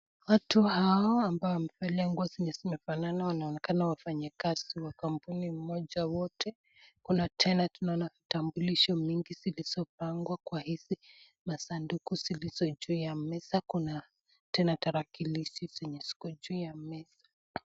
Watu hao ambao wamevalia nguo zenye zimefanana wanaonekana wafanyikazi wa kampuni mmoja wote. Kuna tena vitambulisho mingi zilizopangwa kwa hizi masuduku zilizo ,juu ya meza kuna tena tarakilishi zenye ziko juu ya meza .